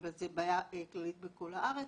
זו בעיה כללית בכל הארץ,